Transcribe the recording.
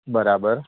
બરાબર